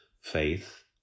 faith